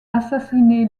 assassiné